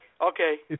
Okay